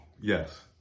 Yes